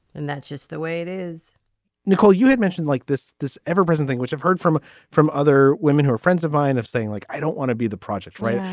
and that's just the way it is nicole you had mentioned like this this ever prison thing which i've heard from from other women who are friends of mine is saying like i don't want to be the project right. yeah